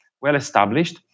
well-established